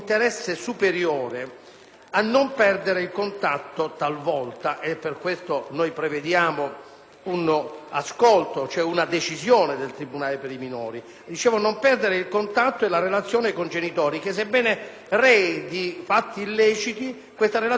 un ascolto, cioè una decisione del tribunale dei minorenni, al fine di non perdere il contatto e la relazione con i genitori, che, sebbene rei di fatti illeciti, potrebbe essere necessaria, se non indispensabile, per lo sviluppo della vita e soprattutto dell'equilibrio del minore.